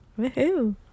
Woohoo